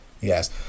Yes